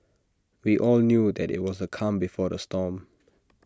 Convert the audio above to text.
we all knew that IT was the calm before the storm